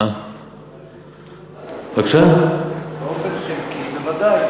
באופן חלקי בוודאי.